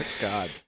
God